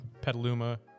Petaluma